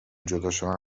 جداشدن